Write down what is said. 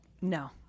No